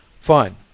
Fine